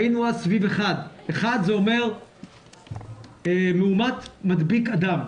היינו אז סביב 1. 1 זה אומר מאומת מדביק אדם.